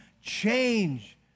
change